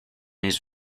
his